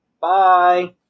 Bye